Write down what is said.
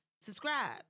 subscribe